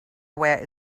were